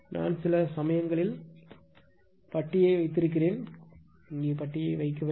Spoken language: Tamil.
நான் சில சமயங்களில் பட்டியை வைத்திருக்கிறேன் இங்கே பட்டியை வைக்கவில்லை